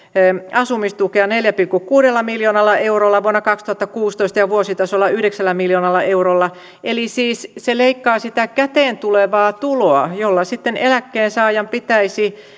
asumistukea neljällä pilkku kuudella miljoonalla eurolla vuonna kaksituhattakuusitoista ja vuositasolla yhdeksällä miljoonalla eurolla eli siis se leikkaa sitä käteen tulevaa tuloa jolla sitten eläkkeensaajan pitäisi